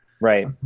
right